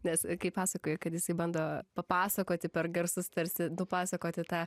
nes kai pasakoji kad jisai bando papasakoti per garsus tarsi nupasakoti tą